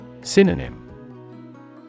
Synonym